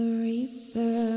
reaper